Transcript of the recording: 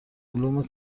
علوم